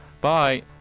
bye